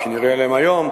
כפי שנראה להם היום,